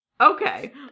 Okay